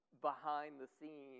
behind-the-scenes